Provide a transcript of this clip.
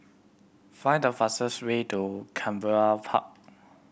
find the fastest way to Canberra Park